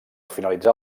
finalitzar